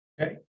okay